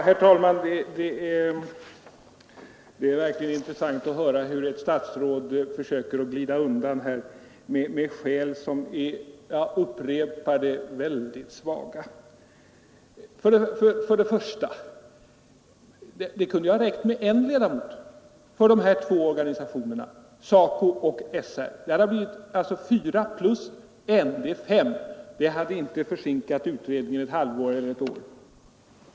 Herr talman! Det är verkligen intressant att höra hur ett statsråd försöker glida undan med skäl som är — jag upprepar det — väldigt svaga. Först och främst kunde det ha räckt med en ledamot för båda organisationerna SACO och SR — fyra plus ett är fem — och det hade inte försinkat utredningen ett halvår eller ett år om det blivit fem ledamöter i stället för fyra.